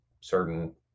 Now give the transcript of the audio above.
certain